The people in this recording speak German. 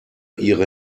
ihre